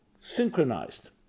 synchronized